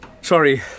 Sorry